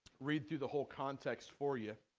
read to the whole context for your